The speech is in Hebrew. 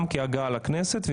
גם כהגעה לכנסת,